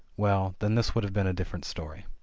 well, then this would have been a different story.